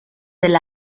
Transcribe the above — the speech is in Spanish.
del